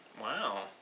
Wow